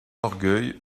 orgueil